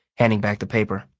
handing back the paper.